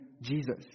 Jesus